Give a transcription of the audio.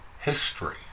history